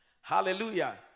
Hallelujah